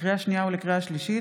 לקריאה שנייה ולקריאת שלישית: